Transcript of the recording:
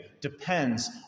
depends